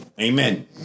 amen